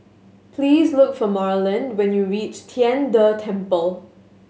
please look for Marland when you reach Tian De Temple